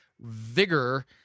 vigor